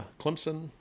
Clemson